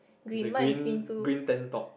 is a green green tank top